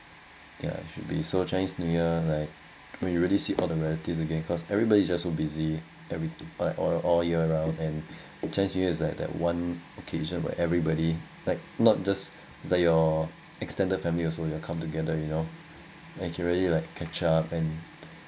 yeah I should be so chinese new year like when you really see all the relatives again because everybody's just so busy that by all all year round and chinese new year is like that one occasion where everybody like not just like your extended family also you all come together you know and you can really like catch up and